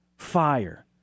Fire